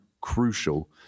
crucial